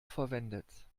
verwendet